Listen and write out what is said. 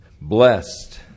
blessed